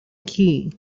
key